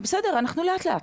בסדר, לאט לאט,